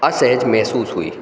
असहज महसूस हुई